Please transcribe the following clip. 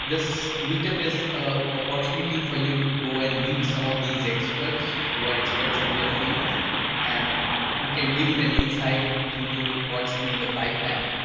this meet up is a opportunity for you to go and meet some of these experts who are experts in their fields an who can give you an insight into what's in the pipeline.